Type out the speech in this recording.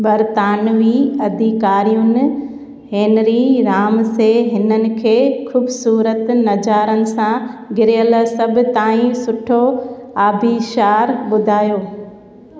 बरतानवी अधिकारियुनि Henry Ramsay हिननि खे खु़ूबसूरत नजारनि सां घिरयल सभु ताईं सुठो आबिशार ॿुधायो